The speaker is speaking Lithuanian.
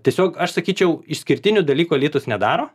tiesiog aš sakyčiau išskirtinių dalykų alytus nedaro